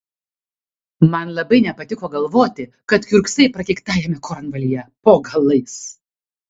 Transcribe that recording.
man labai nepatiko galvoti kad kiurksai prakeiktajame kornvalyje po galais